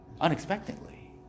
unexpectedly